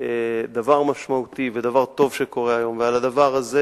דבר משמעותי ודבר טוב שקורה היום, ועל הדבר הזה